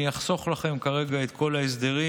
אני אחסוך לכם כרגע את כל ההסדרים,